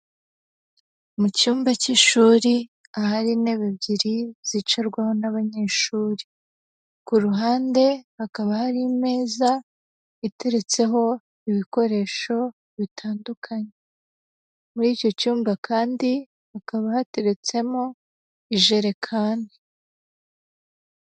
Mu cyumba cy'ishuri ahari intebe ebyiri zicarwaho n'abanyeshuri, ku ruhande hakaba hari imeza iteretseho ibikoresho bitandukanye, muri icyo cyumba kandi hakaba hateretsemo ijerekani.